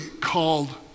called